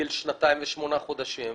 בגיל שנתיים ושמונה חודשים,